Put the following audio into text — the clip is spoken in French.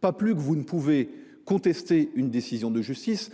pas plus que vous ne pouvez contester une décision de justice.